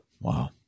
Wow